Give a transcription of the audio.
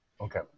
Okay